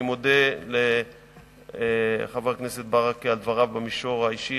אני מודה לחבר הכנסת ברכה על דבריו במישור האישי,